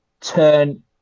turn